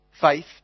faith